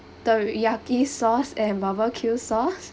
teriyaki sauce and barbecue sauce